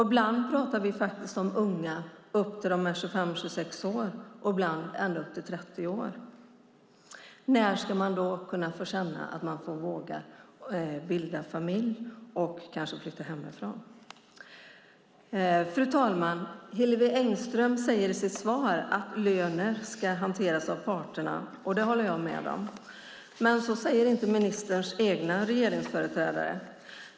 Ibland pratar vi om "unga" tills de är upp till 25-26 år, ibland ända upp till 30 år. När ska man då kunna känna att man vågar bilda familj och flytta hemifrån? Fru talman! Hillevi Engström säger i sitt svar att löner ska hanteras av parterna, och det håller jag med om. Men så säger inte andra företrädare för ministerns regering.